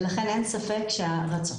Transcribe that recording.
ולכן אין ספק שהרצון